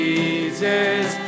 Jesus